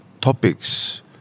topics